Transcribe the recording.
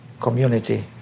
community